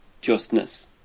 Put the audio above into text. justness